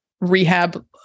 rehab